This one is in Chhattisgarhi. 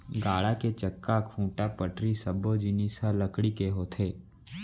गाड़ा के चक्का, खूंटा, पटरी सब्बो जिनिस ह लकड़ी के होथे